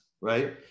right